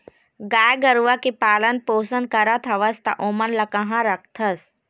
गाय गरुवा के पालन पोसन करत हवस त ओमन ल काँहा रखथस?